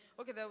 Okay